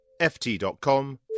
Ft.com